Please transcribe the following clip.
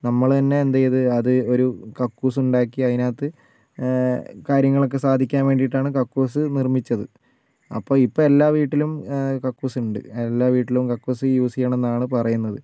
നമ്മൾ തന്നെ എന്ത് ചെയ്തു അത് ഒരു കക്കൂസ് ഉണ്ടാക്കി അതിനകത്ത് കാര്യങ്ങൾ ഒക്കെ സാധിക്കാൻ വേണ്ടീട്ടാണ് കക്കൂസ് നിർമ്മിച്ചത് അപ്പോൾ ഇപ്പോൾ എല്ലാ വീട്ടിലും കക്കൂസ് ഉണ്ട് എല്ലാ വീട്ടിലും കക്കൂസ് യൂസ് ചെയ്യണം എന്നാണ് പറയുന്നത്